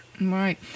Right